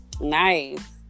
Nice